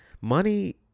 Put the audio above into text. money